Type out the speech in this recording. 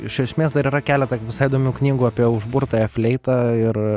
iš ešmės dar yra keleta visai įdomių knygų apie užburtąją fleitą ir